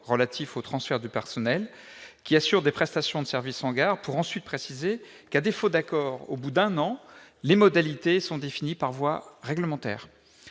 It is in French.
relatif au transfert du personnel qui assure des prestations de services en gare, pour ensuite préciser que, à défaut d'accord dans un délai d'un an, les modalités de ce transfert sont définies par voie réglementaire.